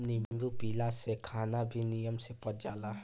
नींबू पियला से खाना भी निमन से पच जाला